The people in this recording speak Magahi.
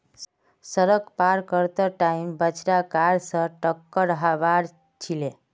सड़क पार कर त टाइम बछड़ा कार स टककर हबार छिले